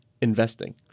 investing